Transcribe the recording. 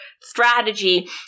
strategy